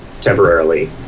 temporarily